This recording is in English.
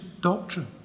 doctrine